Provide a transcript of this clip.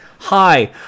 hi